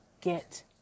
get